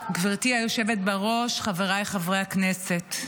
בראש, חבריי חברי הכנסת,